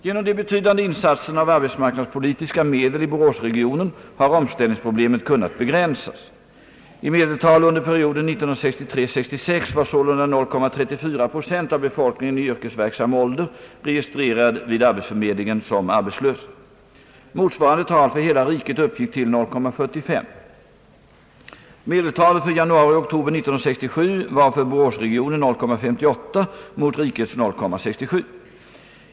Genom de betydande insatserna av arbetsmarknadspolitiska medel i boråsregionen har omställningsproblemen kunnat begränsas. I medeltal under perioden 1963—1966 var sålunda 0,34 40 av befolkningen i yrkesverksam ålder registrerad vid arbetsförmedlingen som arbetslös. Motsvarande tal för hela riket uppgick till 0,45 7. Medeitalet för januari—oktober 1967 var för boråsregionen 0,58 mot rikets 0,67 70.